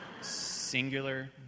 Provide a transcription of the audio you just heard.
Singular